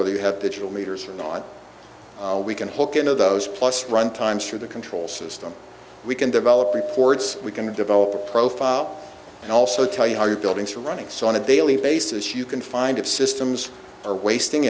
whether you have digital meters or not we can hook into those plus run times through the control system we can develop reports we can develop a profile and also tell you how you buildings are running so on a daily basis you can find of systems are wasting